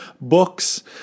books